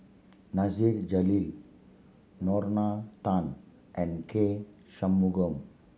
Nasir Jalil Lorna Tan and K Shanmugam